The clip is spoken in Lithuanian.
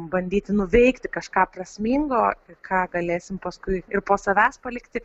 bandyti nuveikti kažką prasmingo ką galėsim paskui ir po savęs palikti